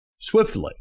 swiftly